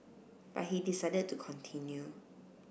but he decided to continue